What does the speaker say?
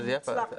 שהוא מוצלח,